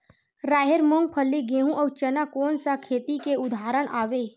राहेर, मूंगफली, गेहूं, अउ चना कोन सा खेती के उदाहरण आवे?